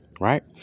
right